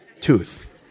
tooth